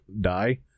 die